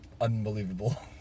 Unbelievable